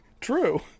True